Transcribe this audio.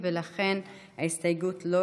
הסתייגות מס' 2,